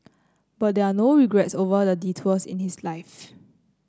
but there are no regrets over the detours in his life